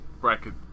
bracket